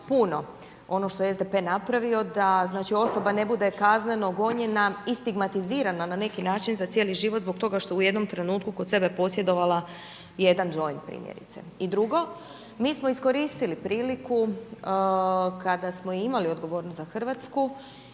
puno. Ono što je SDP napravio da znači osoba ne bude kazneno gonjena i stigmatizirana na neki način za cijeli život zbog toga što u jednom trenutku kod sebe je posjedovala jedan joint, primjerice. I drugo, mi smo iskoristili priliku kada smo imali odgovornost za Hrvatsku